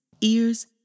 ears